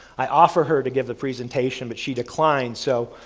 i offered her to give the presentation but she declined. so,